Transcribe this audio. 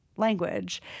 language